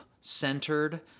centered